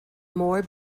more